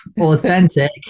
authentic